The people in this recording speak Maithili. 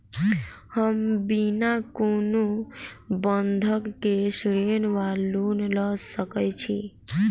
हम बिना कोनो बंधक केँ ऋण वा लोन लऽ सकै छी?